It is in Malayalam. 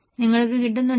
നിങ്ങൾക്ക് കിട്ടുന്നുണ്ടോ